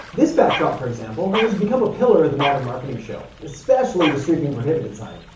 this backdrop for example, has become a pillar of the modern marketing show, especially the streaking prohibited sign.